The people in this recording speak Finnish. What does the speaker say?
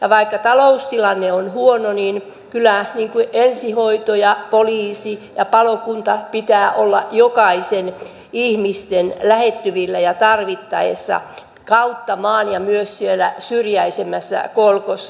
ja vaikka taloustilanne on huono niin kyllä ensihoidon poliisin ja palokunnan pitää olla jokaisen ihmisen lähettyvillä ja tarvittaessa kautta maan ja myös siellä syrjäisemmässä kolkassa